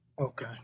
Okay